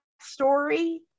story